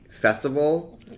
festival